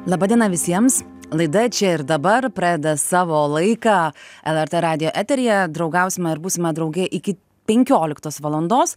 laba diena visiems laida čia ir dabar pradeda savo laiką lrt radijo eteryje draugausime ir būsime drauge iki penkioliktos valandos